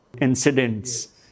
incidents